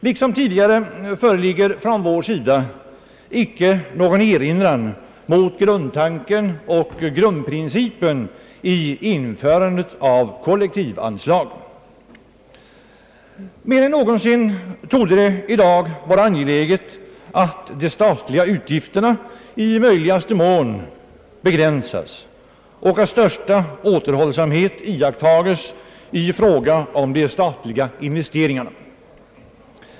Liksom tidigare föreligger från vår sida icke någon erinran mot grundtanken och grundprincipen i införandet av kollektivanslagen. Mer än någonsin torde det i dag vara angeläget att de statliga utgifterna i möjligaste mån begränsas och att största återhållsamhet iakttages i fråga om de statliga investeringarna.